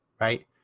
right